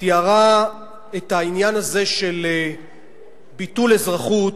תיארה את העניין הזה של ביטול אזרחות